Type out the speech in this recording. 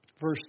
Verse